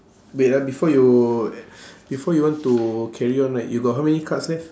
wait ah before you before you want to carry on right you got how many cards left